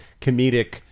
comedic